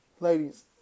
Ladies